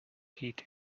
heat